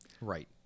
Right